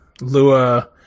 Lua